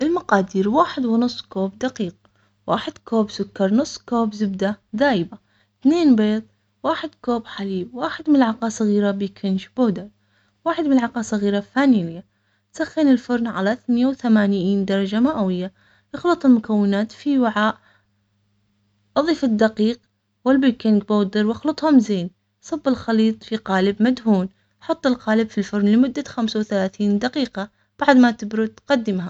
المقادير واحد ونص كوب دقيق واحد كوب سكر نص كوب زبدة دايبة اتنين بيض واحد كوب حليب واحد ملعقة صغيرة بيكنج بودر واحد ملعقة صغيرة فانيليا سخني الفرن على مئة وثمانين درجة مئوية اخلط المكونات في وعاء اضف الدقيق والبيكنج باودر واخلطهم زين صب الخليط في قالب مدهون حط القالب في الفرن لمدة خمسة وثلاثين دقيقة بعد ما تبرد تقدمها